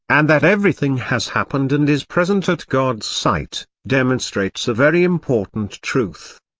and that everything has happened and is present at god's sight, demonstrates a very important truth.